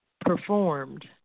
performed